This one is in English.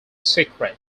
secret